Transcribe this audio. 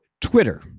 Twitter